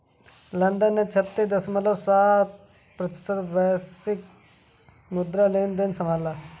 London ने छत्तीस दश्मलव सात प्रतिशत वैश्विक मुद्रा लेनदेन संभाला